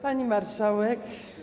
Pani Marszałek!